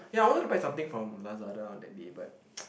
ya I wanted to buy something from Lazada on that day but